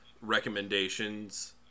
recommendations